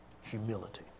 Humility